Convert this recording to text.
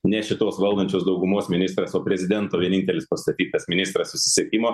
ne šitos valdančios daugumos ministras o prezidento vienintelis pastatytas ministras susisiekimo